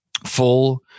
full